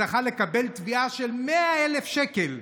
הוא זכה לקבל תביעה של 100,000 שקל.